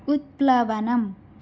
उत्प्लवनम्